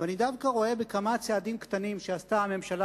ואני דווקא רואה בכמה צעדים קטנים שעשתה הממשלה